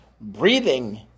breathing